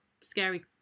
scary